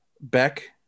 Beck